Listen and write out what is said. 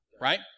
right